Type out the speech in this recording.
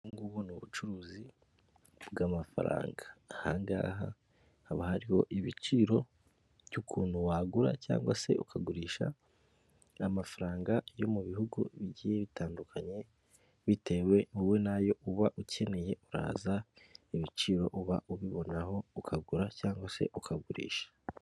Ubu ngubu ni ubucuruzi bw'amafaranga. Aha ngaha haba hariho ibiciro by'ukuntu wagura cyangwa se ukagurisha amafaranga yo mu bihugu bigiye bitandukanye, bitewe wowe nayo uba ukeneye uraza ibiciro uba ubibonaho ukagura cyangwa se ukagurisha.